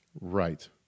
right